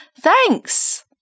thanks